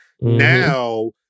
Now